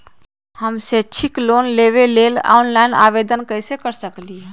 हम शैक्षिक लोन लेबे लेल ऑनलाइन आवेदन कैसे कर सकली ह?